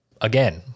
again